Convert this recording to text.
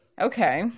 Okay